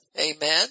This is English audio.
Amen